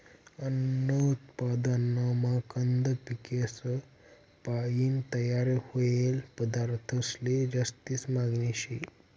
अन्न उत्पादनमा कंद पिकेसपायीन तयार व्हयेल पदार्थंसले जास्ती मागनी शे